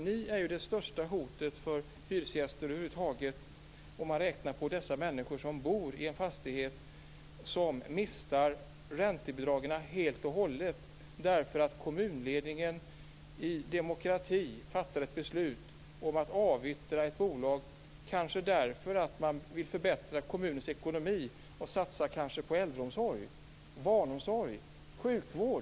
Ni är ju det största hotet mot hyresgäster över huvud taget om man räknar på dessa människor som bor i en fastighet som mister räntebidragen helt och hållet beroende på att kommunledningen i demokratisk ordning fattar ett beslut om att avyttra ett bolag - kanske för att man vill förbättra kommunens ekonomi och satsa på äldreomsorg, barnomsorg och sjukvård.